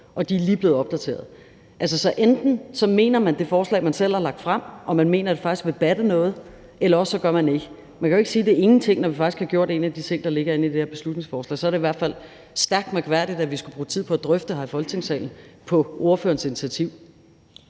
og de er lige blevet opdateret. Altså, enten mener man, at det forslag, man selv har fremsat, faktisk vil batte noget, eller også gør man ikke. Man kan jo ikke sige, at det er ingenting, når vi faktisk har gjort en af de ting, der ligger i det her beslutningsforslag. Så er det i hvert fald stærkt mærkværdigt, at vi skulle bruge tid på at drøfte det her i Folketingssalen på ordførerens initiativ.